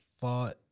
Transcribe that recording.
thought